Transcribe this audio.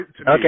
Okay